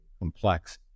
complex